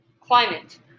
climate